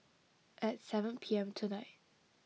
at seven P M tonight